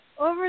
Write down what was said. over